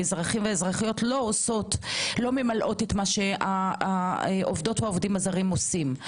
האזרחים והאזרחיות לא ממלאות את מה שהעובדות והעובדים הזרים עושים.